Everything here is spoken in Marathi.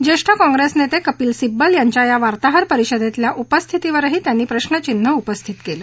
ज्येष्ठ काँग्रेस नेते कपिल सिब्बल यांच्या या वार्ताहर परिषदेतल्या उपस्थितीवरही त्यांनी प्रश्नचिन्ह उभे केलं